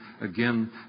Again